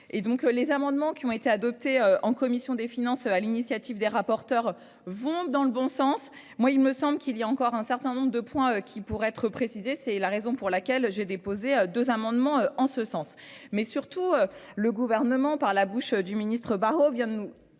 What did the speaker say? les amendements qui ont été adoptés en commission des finances à l'initiative des rapporteurs vont dans le bon sens. Moi il me semble qu'il y a encore un certain nombre de points qui pourraient être précisés. C'est la raison pour laquelle j'ai déposé 2 amendements en ce sens mais surtout le gouvernement par la bouche du ministre Barrot vient de nous